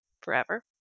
forever